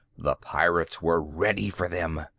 the pirates were ready for them.